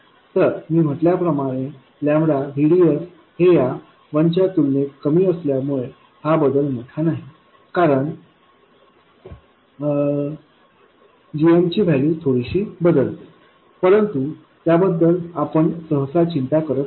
तर मी म्हटल्याप्रमाणे VDS हे या 1 च्या तुलनेत कमी असल्यामुळे हा बदल मोठा नाही कारण तर gmची वैल्यू थोडीशी बदलते परंतु त्याबद्दल आपण सहसा चिंता करत नाही